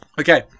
Okay